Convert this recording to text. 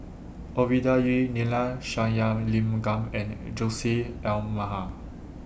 Ovidia Yu Neila Sathyalingam and Jose